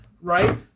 right